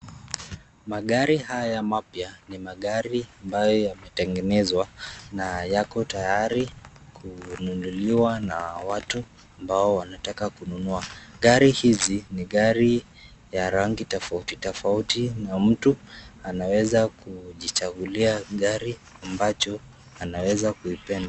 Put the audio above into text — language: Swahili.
Magari haya mapya ni magari ambayo yametengenezwa na yako tayari kununuliwa na watu ambao wanataka kununua. Gari hizi ni gari ya rangi tofauti tofauti na mtu anaweza kujichagulia gari ambacho anaweza kuipenda.